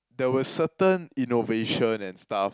there was certain innovation and stuff